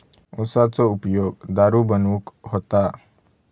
उसाचो उपयोग दारू बनवूक होता